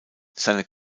seine